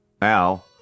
Now